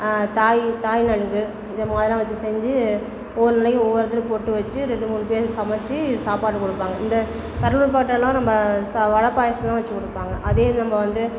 தாய் தாய் நலுங்கு இதை மாதிரிலாம் வச்சி செஞ்சு ஒவ்வொரு நாளைக்கும் ஒவ்வொருத்தரும் பொட்டு வச்சி ரெண்டு மூணு பேர் சமைச்சி சாப்பாடு கொடுப்பாங்க இந்த கடலூர் பக்கத்திலலாம் நம்ம சா வடை பாயாசம் தான் வச்சி கொடுப்பாங்க அதே நம்ம வந்து